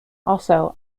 also